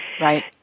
Right